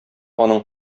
аның